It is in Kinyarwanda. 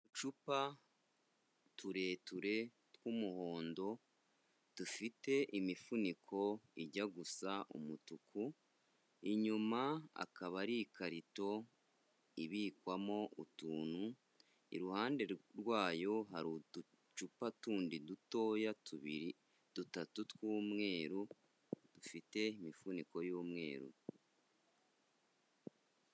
Uducupa tureture tw'umuhondo dufite imifuniko ijya gusa umutuku inyuma akaba ari ikarito ibikwamo utuntu iruhande rwayo hari uducupa tundi dutoya tubiri dutatu tw'umweru dufite imifuniko y'umweru.